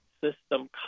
system